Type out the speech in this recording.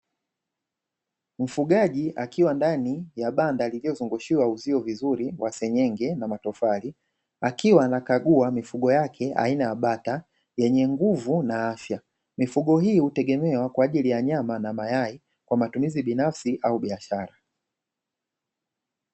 Mfugaji akiwa ndani ya banda liliozungushiwa uzio vizuri wa senyenge na matofali, akiwa anakagua mifugo yake aina ya bata yenye nguvu na afya. Mifugo hii hutegemewa kwa ajili ya nyama na mayai kwa matumizi binafsi au biashara.